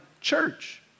church